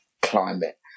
climate